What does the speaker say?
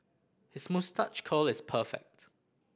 his moustache curl is perfect